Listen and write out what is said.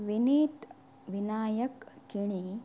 Vineet Vinayak Kheni